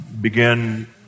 begin